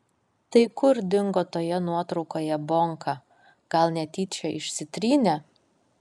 tai kur dingo toje nuotraukoje bonka gal netyčia išsitrynė